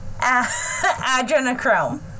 adrenochrome